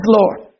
Lord